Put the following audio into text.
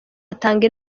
atanga